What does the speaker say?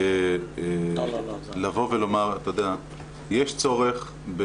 לבוא ולאמר שיש צורך,